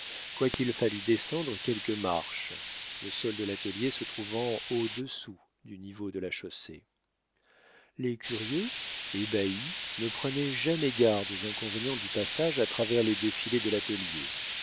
quoiqu'il fallût descendre quelques marches le sol de l'atelier se trouvant au dessous du niveau de la chaussée les curieux ébahis ne prenaient jamais garde aux inconvénients du passage à travers les défilés de l'atelier